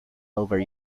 over